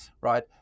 right